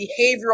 behavioral